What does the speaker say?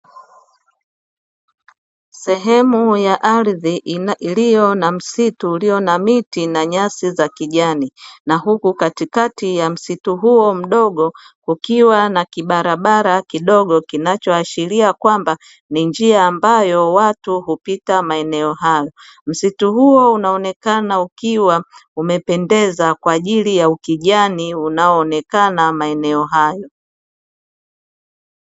Sehemu ya ardhi iliyo na msitu ulio na miti na nyasi za kijani, na huku katikati ya msitu huo mdogo kukiwa na kibarabara kidogo; kinachoashiria kwamba ni njia ambayo watu hupita maeneo hayo. Msitu huo unaonekana ukiwa umependeza kwa ajili ya ukijani unaoonekana maeneo hayo.